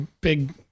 big